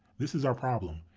this is our problem,